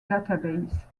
database